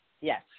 Yes